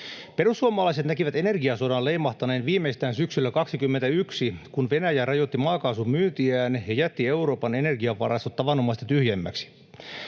Perussuomalaiset näkivät energiasodan leimahtaneen viimeistään syksyllä 21, kun Venäjä rajoitti maakaasun myyntiään ja jätti Euroopan energiavarastot tavanomaista tyhjemmiksi.